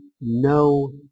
no